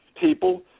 people